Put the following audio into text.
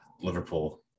Liverpool